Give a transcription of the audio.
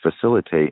facilitate